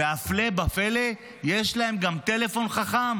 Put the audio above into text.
והפלא ופלא, יש להם גם טלפון חכם.